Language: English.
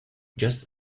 just